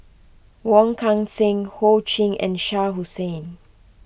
Wong Kan Seng Ho Ching and Shah Hussain